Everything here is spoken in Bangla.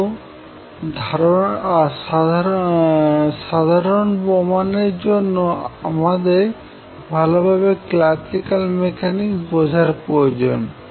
আরো সাধারণ প্রমাণের জন্য আমাদের ভালোভাবে ক্লাসিকাল মেকানিক্স বোঝার প্রয়োজন